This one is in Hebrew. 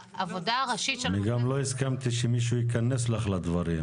אני גם לא הסכמתי שמישהו ייכנס לך לדברים.